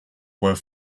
were